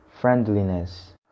friendliness